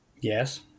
Yes